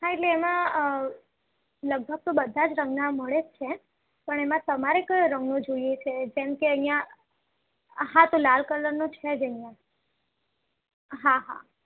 હા એટલે એમાં અ લગભગ તો બધા જ તમને આ મળે જ છે પણ એમાં તમારે કયો રંગનો જોઈએ છે જેમકે અહીંયા હા તો લાલ કલરનો છે જ અહીંયા હા હા